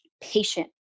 patient